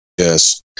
yes